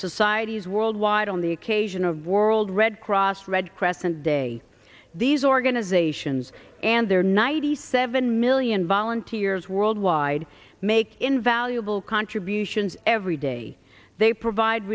societies worldwide on the occasion of world red cross red crescent day these organizations and their ninety seven million volunteers worldwide make invaluable contributions every day they provide